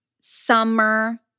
summer